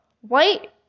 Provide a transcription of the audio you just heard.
White